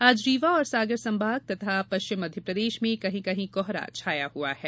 आज रीवा और सागर संभाग तथा पश्चिम मध्यप्रदेश में कहीं कहीं कोहरा छाया हुआ है